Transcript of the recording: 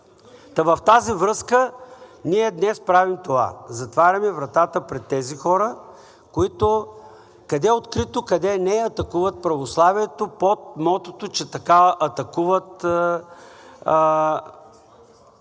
в тази връзка ние днес правим това – затваряме вратата пред тези хора, които, къде открито, къде не, атакуват православието под мотото, че така атакуват определен